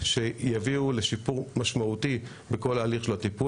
אפילו לנהגי משאיות לא נותנים לנסוע בלילה אחרי כזאת פעילות.